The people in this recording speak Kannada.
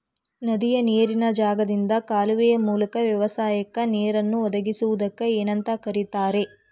ನದಿಯ ನೇರಿನ ಜಾಗದಿಂದ ಕಾಲುವೆಯ ಮೂಲಕ ವ್ಯವಸಾಯಕ್ಕ ನೇರನ್ನು ಒದಗಿಸುವುದಕ್ಕ ಏನಂತ ಕರಿತಾರೇ?